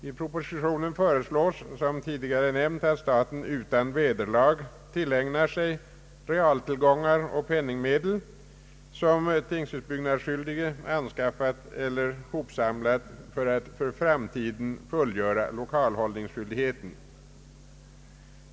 I propositionen föreslås, som tidigare nämnts, att staten utan vederlag skall tillägna sig realtillgångar och penningmedel som tingshusbyggnadsskyldige anskaffat eller hopsamlat för att för framtiden fullgöra lokalhållningsskyldigheten.